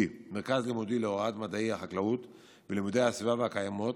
להוראת מדעי החקלאות ולימודי הסביבה והקיימות,